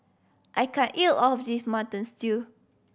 I can't eat all of this Mutton Stew